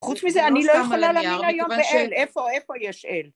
חוץ מזה אני לא יכולה להגיד היום איפה, איפה יש אל.